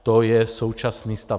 To je současný stav.